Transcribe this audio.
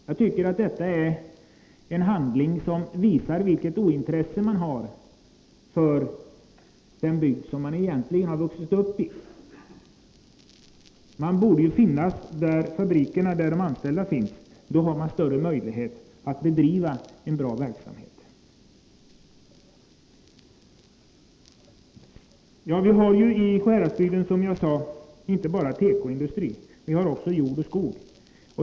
Jag tycker att detta är en handling som visar vilket ointresse man har för den bygd som företaget egentligen har vuxit upp i. Man borde ju finnas där fabrikerna och de anställda finns, för där har man större möjlighet att bedriva en bra verksamhet. I Sjuhäradsbygden har vi, som jag sade, inte bara tekoindustri. Vi har också jord och skog.